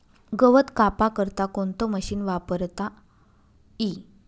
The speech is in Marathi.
गवत कापा करता कोणतं मशीन वापरता ई?